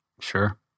Sure